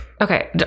okay